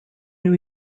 new